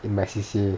in my C_C_A